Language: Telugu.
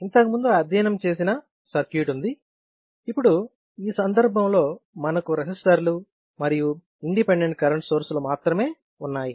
ఇక్కడ ఇంతకు ముందు అధ్యయనం చేసిన సర్క్యూట్ ఉంది ఇప్పుడు ఈ సందర్భంలో మనకు రెసిస్టర్లు మరియు ఇండిపెండెంట్ కరెంట్ సోర్స్లు మాత్రమే ఉన్నాయి